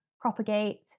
Propagate